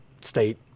state